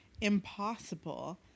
impossible